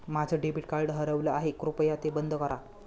माझं debit card हरवलं आहे, कृपया ते बंद करा